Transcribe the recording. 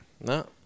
no